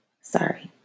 Sorry